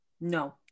No